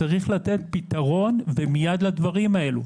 צריך לתת פתרון ומידי לדברים האלה.